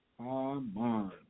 Amen